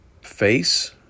face